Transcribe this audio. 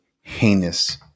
heinous